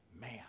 Man